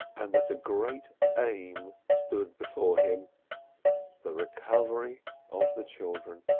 and that a great aim stood before him the recovery of the children.